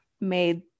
made